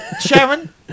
Sharon